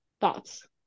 Thoughts